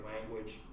language